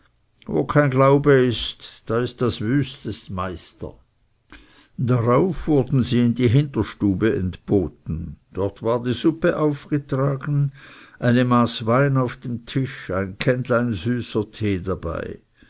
wo kein glaube ist da ist das wüstest meister darauf wurden sie in die hinterstube entboten dort war die suppe aufgetragen eine maß wein auf dem tisch ein kännlein süßer tee dabei